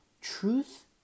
truth